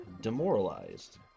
demoralized